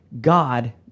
God